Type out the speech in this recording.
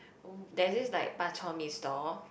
there is this like bak-chor-mee stall